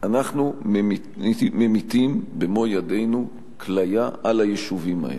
אנחנו ממיטים במו-ידינו כליה על היישובים האלה.